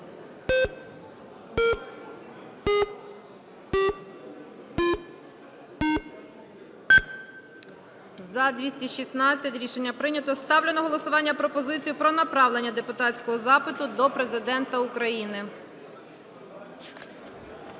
За-216 Рішення прийнято. Ставлю на голосування пропозицію про направлення депутатського запиту до Президента України.